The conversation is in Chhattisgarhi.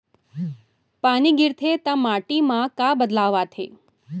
पानी गिरथे ता माटी मा का बदलाव आथे?